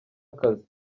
akazi